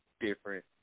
different